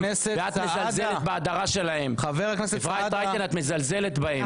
את מזלזלת בהדרה שלהם, את מזלזלת בהם.